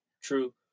True